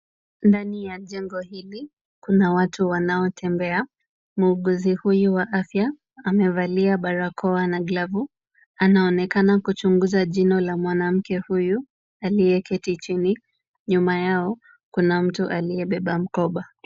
Ndani ya jengo hili, kuna watu wanaotembea. Muuguzi huyu wa afya amevalia barakoa na glavu. Anaonekana kuchunguza jino la mwanamke huyu aliyeketi chini. Nyuma yao kuna mtu aliyebea mkoba.